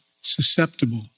susceptible